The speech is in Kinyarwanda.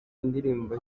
indirimbo